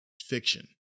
fiction